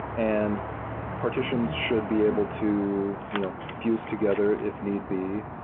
and partitions should be able to you know fuse together, if need be.